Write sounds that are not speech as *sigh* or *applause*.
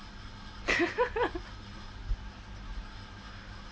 *laughs*